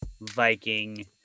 viking